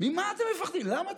ממה אתם מפחדים?